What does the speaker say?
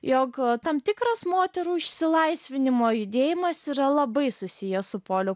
jog tam tikras moterų išsilaisvinimo judėjimas yra labai susijęs su poliu